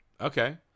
Okay